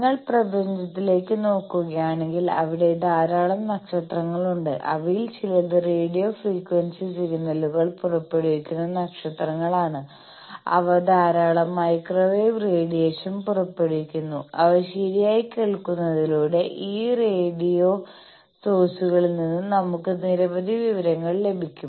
നിങ്ങൾ പ്രപഞ്ചത്തിലേക്ക് നോക്കുകയാണെങ്കിൽ അവിടെ ധാരാളം നക്ഷത്രങ്ങളുണ്ട് അവയിൽ ചിലത് റേഡിയോ ഫ്രീക്വൻസി സിഗ്നലുകൾ പുറപ്പെടുവിക്കുന്ന നക്ഷത്രങ്ങളാണ് അവ ധാരാളം മൈക്രോവേവ് റേഡിയേഷൻ പുറപ്പെടുവിക്കുന്നു അവ ശരിയായി കേൾക്കുന്നതിലൂടെ ഈ റേഡിയോ സോഴ്സുകളിൽ നിന്ന് നമുക്ക് നിരവധി വിവരങ്ങൾ ലഭിക്കും